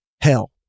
hell